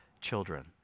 children